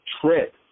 trip